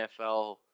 NFL